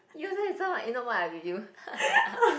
you if not why I with you